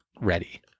ready